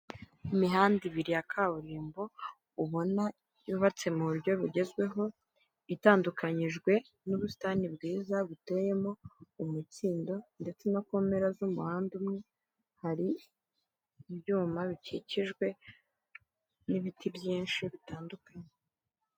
Imihanda ibiri ya kaburimbo ubona yubatse mu buryo bugezweho, itandukanyijwe n'ubusitani bwiza buteyemo umukindo ndetse no ku mpera z'umuhanda umwe, hari ibyuma bikikijwe n'ibiti byinshi bitandukanye.